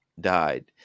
died